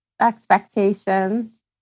Expectations